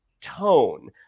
tone